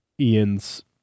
Ian's